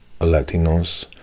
Latinos